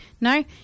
No